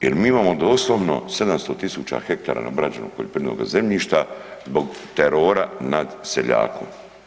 Jel mi imamo doslovno 700.000 hektara neobrađenog poljoprivrednog zemljišta zbog terora nad seljakom.